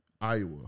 Iowa